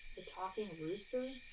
a talking rooster?